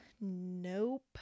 Nope